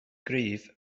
gryf